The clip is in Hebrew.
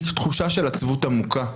היא תחושה של עצבות עמוקה,